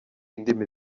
indimi